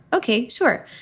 ok, sure.